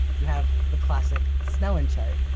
you have the classic snellen chart,